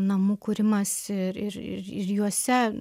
namų kūrimas ir ir juose